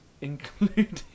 Including